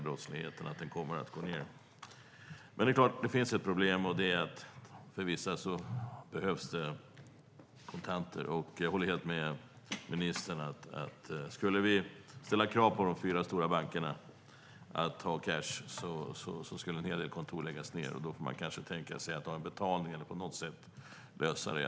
Brottsligheten kommer då att gå ned. Ett problem är att vissa behöver kontanter. Men jag håller med ministern om att om vi ställer krav på de fyra stora bankerna att ha cash skulle en hel del kontor läggas ned. Då får man kanske tänka sig att ha en betalning eller på något sätt lösa det.